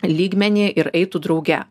lygmenį ir eitų drauge